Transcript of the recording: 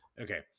Okay